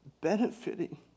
benefiting